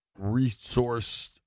resourced